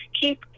keep